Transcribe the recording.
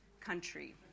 Country